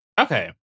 Okay